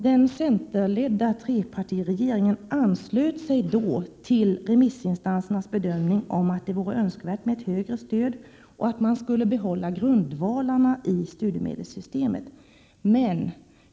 Den centerledda trepartiregeringen anslöt sig då till remissinstansernas bedömning att det vore önskvärt med ett ökat stöd och att man skulle behålla grundvalarna i studiemedelssystemet.